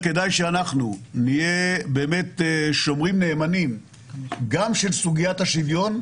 כדאי שאנחנו נהיה באמת שומרים נאמנים גם של סוגיית השוויון,